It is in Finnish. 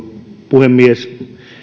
puhemies